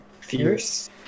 fierce